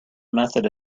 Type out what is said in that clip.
method